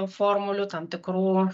formulių tam tikrų